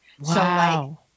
Wow